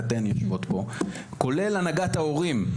כולל הנהגת ההורים,